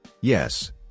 Yes